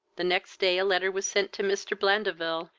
the next day a letter was sent to mr. blandeville,